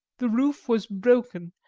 the roof was broken,